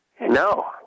No